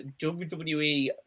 WWE